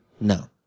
No